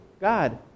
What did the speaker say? God